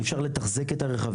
אי אפשר לתחזק את הרכבים.